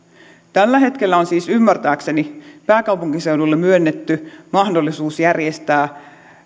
tällä hetkellä on siis ymmärtääkseni pääkaupunkiseudulle myönnetty mahdollisuus järjestää